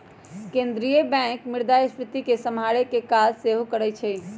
केंद्रीय बैंक मुद्रास्फीति के सम्हारे के काज सेहो करइ छइ